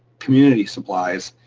community supplies.